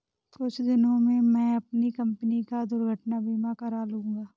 कुछ दिनों में मैं अपनी कंपनी का दुर्घटना बीमा करा लूंगा